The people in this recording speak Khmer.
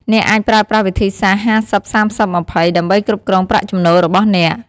អ្នកអាចប្រើប្រាស់វិធីសាស្ត្រ ៥០/៣០/២០ ដើម្បីគ្រប់គ្រងប្រាក់ចំណូលរបស់អ្នក។